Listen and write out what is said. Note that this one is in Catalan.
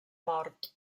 mort